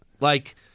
Like-